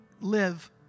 live